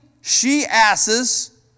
she-asses